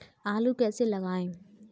आलू कैसे लगाएँ?